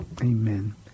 Amen